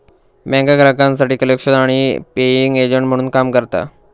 बँका ग्राहकांसाठी कलेक्शन आणि पेइंग एजंट म्हणून काम करता